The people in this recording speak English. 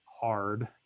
hard